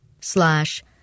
slash